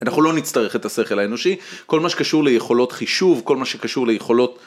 אנחנו לא נצטרך את השכל האנושי כל מה שקשור ליכולות חישוב כל מה שקשור ליכולות